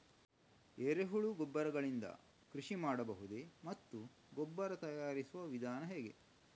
ಎರೆಹುಳು ಗೊಬ್ಬರ ಗಳಿಂದ ಕೃಷಿ ಮಾಡಬಹುದೇ ಮತ್ತು ಗೊಬ್ಬರ ತಯಾರಿಸುವ ವಿಧಾನ ಹೇಗೆ?